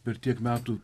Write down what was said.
per tiek metų